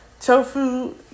tofu